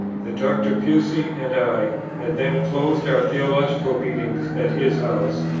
that dr. pusey and i had then closed our theological meetings at his house,